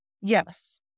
Yes